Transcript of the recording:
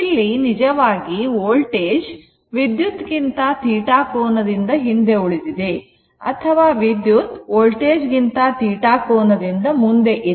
ಇಲ್ಲಿ ನಿಜವಾಗಿ ವೋಲ್ಟೇಜ್ ವಿದ್ಯುತ್ ಗಿಂತ θ ಕೋನದಿಂದ ಹಿಂದೆ ಉಳಿದಿದೆ ಅಥವಾ ವಿದ್ಯುತ್ ವೋಲ್ಟೇಜ್ ಗಿಂತ θ ಕೋನದಿಂದ ಮುಂದೆ ಇದೆ